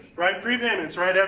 right, prepayments, right.